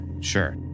sure